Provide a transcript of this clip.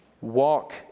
walk